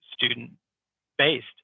student-based